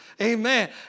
amen